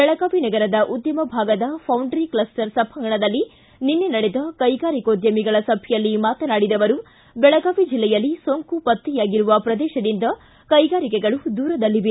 ಬೆಳಗಾವಿ ನಗರದ ಉದ್ದಮಭಾಗದ foundry cluster ಸಭಾಂಗಣದಲ್ಲಿ ನಿನ್ನೆ ನಡೆದ ಕೈಗಾರಿಕೋದ್ದಮಿಗಳ ಸಭೆಯಲ್ಲಿ ಮಾತನಾಡಿದ ಅವರು ಬೆಳಗಾವಿ ಜಿಲ್ಲೆಯಲ್ಲಿ ಸೋಂಕು ಪತ್ತೆಯಾಗಿರುವ ಪ್ರದೇಶದಿಂದ ಕೈಗಾರಿಕೆಗಳು ದೂರದಲ್ಲಿವೆ